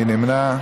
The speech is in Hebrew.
מי נמנע?